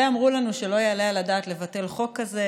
הרבה אמרו לנו שלא יעלה על הדעת לבטל חוק כזה,